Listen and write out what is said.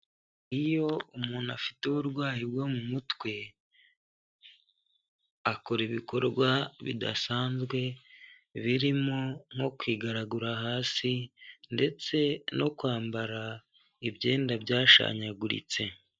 Iyo umuntu afite uburwayi bwo mu mutwe akora ibikorwa bidasanzwe, birimo nko kwigaragura hasi ndetse no kwambara ibyenda byashanyaguritse.